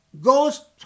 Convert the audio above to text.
goes